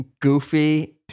goofy